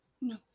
No